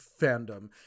fandom